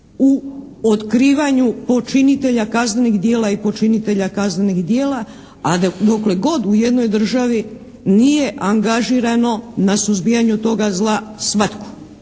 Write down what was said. u otkrivanju počinitelja kaznenih djela i počinitelja kaznenih djela, a dokle god u jednoj državi nije angažirano na suzbijanju toga zla svatko.